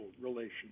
relations